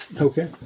Okay